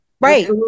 Right